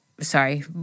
Sorry